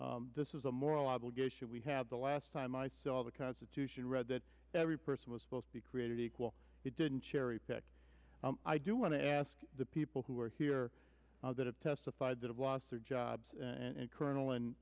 you this is a moral obligation we have the last time i saw the constitution read that every person was supposed to created equal it didn't cherry pick i do want to ask the people who are here that have testified that have lost their jobs and colonel and